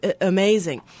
amazing